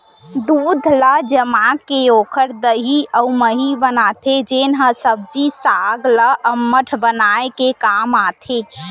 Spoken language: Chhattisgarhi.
दूद ल जमाके ओकर दही अउ मही बनाथे जेन ह सब्जी साग ल अम्मठ बनाए के काम आथे